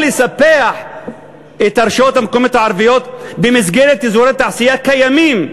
או לספח את הרשויות המקומיות הערביות במסגרת אזורי תעשייה קיימים,